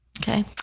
okay